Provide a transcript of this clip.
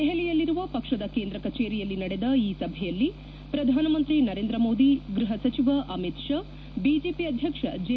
ದೆಹಲಿಯಲ್ಲಿರುವ ಪಕ್ಷದ ಕೇಂದ್ರ ಕಚೇರಿಯಲ್ಲಿ ನಡೆದ ಈ ಸಭೆಯಲ್ಲಿ ಪ್ರಧಾನ ಮಂತ್ರಿ ನರೇಂದ್ರ ಮೋದಿ ಗೃಹ ಸಚಿವ ಅಮಿತ್ ಶಾ ಬಿಜೆಪಿ ಅಧ್ಯಕ್ಷ ಜೆ